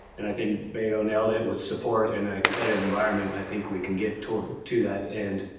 and i think beto nailed it. with support in a competitive environment, i think we can get to to that end.